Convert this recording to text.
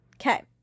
Okay